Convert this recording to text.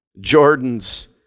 Jordan's